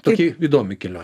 tokia idomi kelionė